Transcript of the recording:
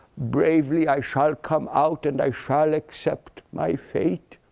bravely, i shall come out. and i shall accept my fate.